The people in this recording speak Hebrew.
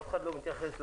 אף אחד לא מתייחס לזה,